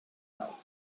now